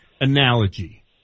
analogy